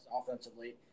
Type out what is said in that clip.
offensively